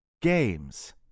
games